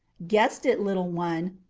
guessed it, little one.